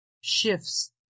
shifts